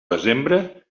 desembre